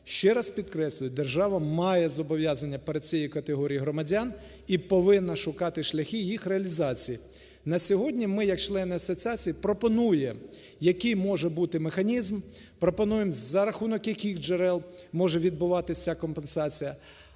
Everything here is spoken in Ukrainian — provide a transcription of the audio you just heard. ще раз підкреслюю, держава має зобов'язання перед цієї категорією громадян і повинна шукати шляхи їх реалізації. На сьогодні, ми як члена асоціації пропонуємо, який може бути механізм, пропонуємо за рахунок яких джерел може відбуватися компенсація.